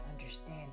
understand